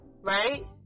right